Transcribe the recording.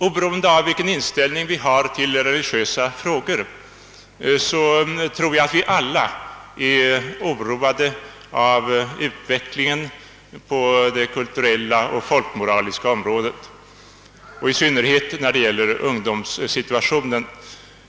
Oberoende av vilken inställning vi har till religiösa frågor tror jag att vi alla är oroade av utvecklingen på det kulturella och folkmoraliska området, i synnerhet när det gäller ungdomssituationen.